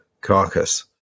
carcass